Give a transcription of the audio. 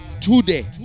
today